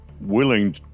willing